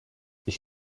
ich